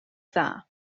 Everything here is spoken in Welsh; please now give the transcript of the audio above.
dda